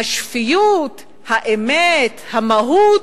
השפיות, האמת, המהות,